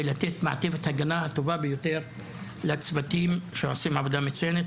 לתת את מעטפת ההגנה הטובה ביותר לצוותים שעושים עבודה מצוינת.